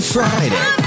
Friday